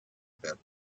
about